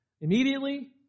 Immediately